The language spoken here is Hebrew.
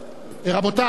רבותי,